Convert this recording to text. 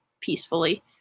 peacefully